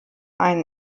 einen